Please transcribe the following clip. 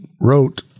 wrote